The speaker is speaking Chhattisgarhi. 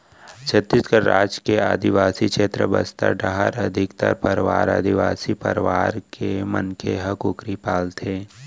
छत्तीसगढ़ राज के आदिवासी छेत्र बस्तर डाहर अधिकतर परवार आदिवासी परवार के मनखे ह कुकरी पालथें